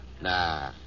Nah